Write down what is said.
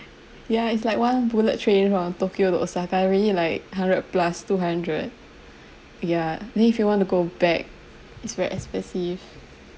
ya it's like one bullet train from tokyo to osaka already like hundred plus two hundred ya then if you wanna go back it's very expensive